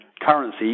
currency